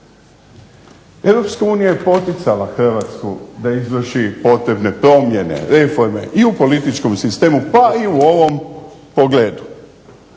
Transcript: Europska unija je poticala Hrvatsku da izvrši potrebne promjene, reforme i u političkom sistemu pa i u ovom pogledu.